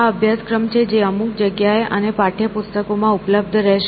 આ અભ્યાસક્રમ છે જે અમુક જગ્યાએ અને પાઠ્યપુસ્તકોમાં ઉપલબ્ધ રહેશે